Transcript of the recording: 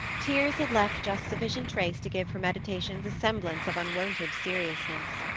tears had left just sufficient trace to give her meditations a semblance of unwonted seriousness.